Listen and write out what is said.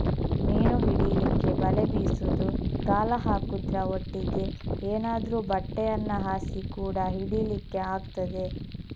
ಮೀನು ಹಿಡೀಲಿಕ್ಕೆ ಬಲೆ ಬೀಸುದು, ಗಾಳ ಹಾಕುದ್ರ ಒಟ್ಟಿಗೆ ಏನಾದ್ರೂ ಬಟ್ಟೆಯನ್ನ ಹಾಸಿ ಕೂಡಾ ಹಿಡೀಲಿಕ್ಕೆ ಆಗ್ತದೆ